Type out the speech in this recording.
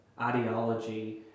ideology